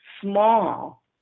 small